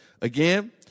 Again